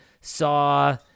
saw